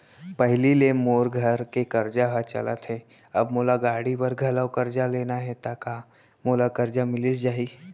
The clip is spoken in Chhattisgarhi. पहिली ले मोर घर के करजा ह चलत हे, अब मोला गाड़ी बर घलव करजा लेना हे ता का मोला करजा मिलिस जाही?